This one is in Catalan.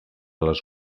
les